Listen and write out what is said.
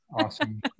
awesome